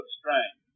strange